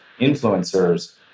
influencers